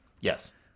Yes